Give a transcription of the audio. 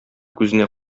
күзенә